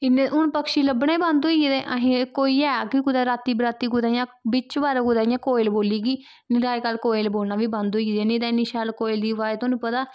इन्ने हु'न पक्षी लब्भने बंद होई गेंदे असें कोई है कि कुतै राती बराती कुतै यां बिच पारै कुतै इ'यां कोयल बोल्ली गी निं तां अजकल्ल कोयल बोल्लना बी बंद होई गेदी ऐ निं तां इ'न्नी शैल कोयल दी अवाज थुहानू पता